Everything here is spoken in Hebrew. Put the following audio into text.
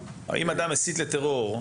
אם אדם מסית לטרור?